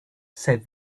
said